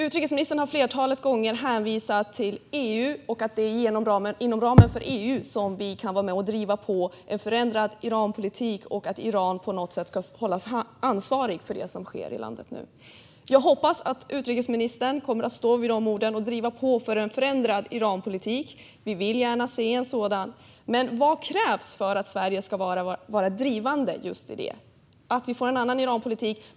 Utrikesministern har ett flertal gånger hänvisat till EU och sagt att det är inom ramen för EU som vi kan vara med och driva på en förändrad Iranpolitik och på något sätt hålla Iran ansvarigt för det som sker i landet nu. Jag hoppas att utrikesministern kommer att stå fast vid de orden och driva på för en förändrad Iranpolitik. Vi vill gärna se en sådan. Vad krävs för att Sverige ska vara drivande just i att vi får en annan Iranpolitik?